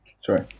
sorry